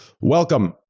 Welcome